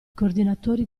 coordinatori